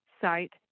site